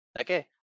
Okay